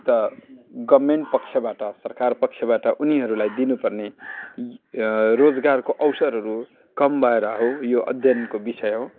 अन्त गभर्नमेन्ट पक्षबाट सरकार पक्षबाट उनीहरूलाई दिनुपर्ने रोजगारको अवसरहरू कम भएर हो यो अध्ययनको विषय हो